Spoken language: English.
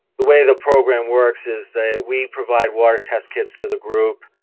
the way the program works is that we provide water test kits to the group,